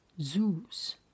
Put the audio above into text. Zeus